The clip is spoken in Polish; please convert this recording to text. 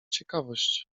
ciekawość